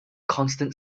constant